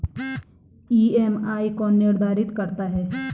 EMI कौन निर्धारित करता है?